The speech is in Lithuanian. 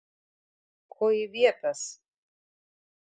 ko ji viepias